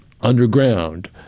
underground